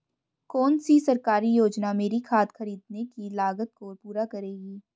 कौन सी सरकारी योजना मेरी खाद खरीदने की लागत को पूरा करेगी?